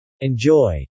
Enjoy